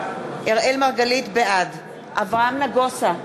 מרגלית, בעד אברהם נגוסה,